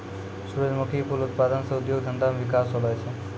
सुरजमुखी फूल उत्पादन से उद्योग धंधा मे बिकास होलो छै